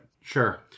Sure